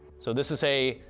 so this this a,